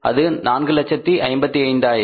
அது 455000